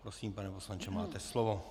Prosím, pane poslanče, máte slovo.